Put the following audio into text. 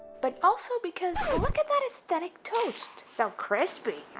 but also because look at that aesthetic toast so crispy,